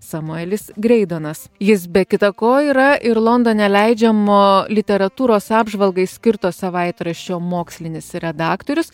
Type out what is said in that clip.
samuelis greidanas jis be kita ko yra ir londone leidžiamo literatūros apžvalgai skirto savaitraščio mokslinis redaktorius